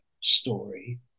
story